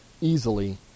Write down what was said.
easily